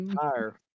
Tire